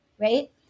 Right